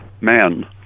man